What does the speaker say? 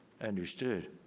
understood